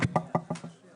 בשעה